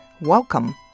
Welcome